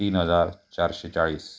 तीन हजार चारशे चाळीस